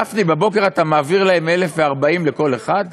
גפני, בבוקר אתה מעביר להם 1,040 לכל אחד?